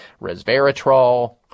resveratrol